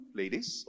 ladies